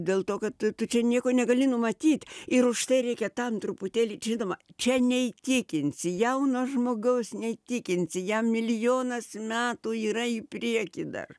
dėl to kad tu tu čia nieko negali numatyt ir už tai reikia ten truputėlį žinoma čia neįtikinsi jauno žmogaus neįtikinsi jam milijonas metų yra į priekį dar